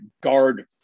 guard